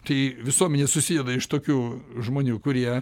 tai visuomenė susideda iš tokių žmonių kurie